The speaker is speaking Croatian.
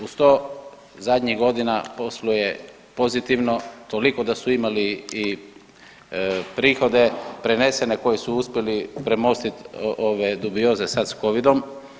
Uz to zadnjih godina posluje pozitivno toliko da su imali i prihode prenesene koji su uspjeli premostiti ove dugioze sad s Covidom.